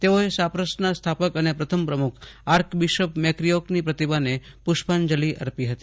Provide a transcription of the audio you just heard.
તેઓએ સાયપ્રસના સ્થાપક અને પ્રથમ પ્રમુખ આર્ક બિશપ મેક્રીઓકની પ્રતિમાને પુષ્પાંજલી કરી હતી